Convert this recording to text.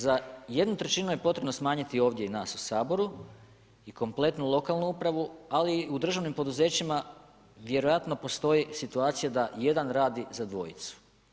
Za jednu trećinu je potrebno smanjiti ovdje i nas u Saboru i kompletnu lokalnu upravu, ali i u državnim poduzećima vjerojatno postoji situacija da jedan radi za dvojicu.